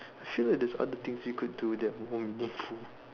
I feel like there's other things we could do than go home we need to poo